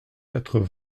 quatre